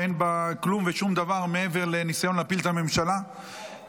אין בה כלום ושום דבר מעבר לניסיון להפיל את הממשלה וצביעות.